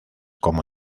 como